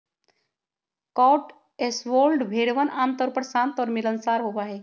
Cotswold भेड़वन आमतौर पर शांत और मिलनसार होबा हई